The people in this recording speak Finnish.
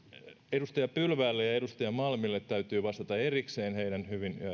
edustaja pylväälle ja edustaja malmille täytyy vastata erikseen heidän hyvin